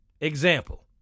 Example